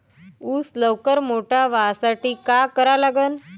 ऊस लवकर मोठा व्हासाठी का करा लागन?